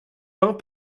peints